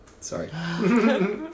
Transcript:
sorry